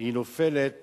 נופלת